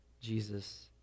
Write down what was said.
Jesus